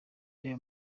reba